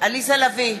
עליזה לביא,